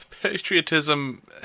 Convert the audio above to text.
Patriotism